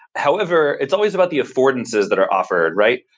however, it's always about the affordances that are offered, right?